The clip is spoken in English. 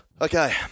okay